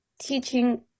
teaching